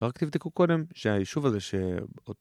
רק תבדקו קודם שהיישוב הזה ש...